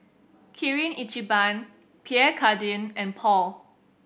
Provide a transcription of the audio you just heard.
Kirin Ichiban Pierre Cardin and Paul